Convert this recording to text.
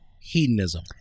hedonism